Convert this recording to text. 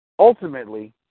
Ultimately